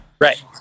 Right